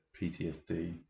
PTSD